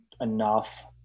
enough